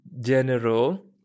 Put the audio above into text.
general